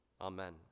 Amen